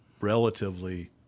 relatively